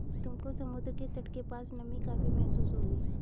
तुमको समुद्र के तट के पास नमी काफी महसूस होगी